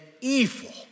evil